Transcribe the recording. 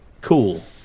Cool